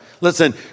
Listen